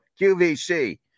QVC